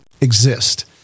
exist